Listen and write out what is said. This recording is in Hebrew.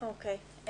אוקיי.